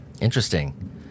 Interesting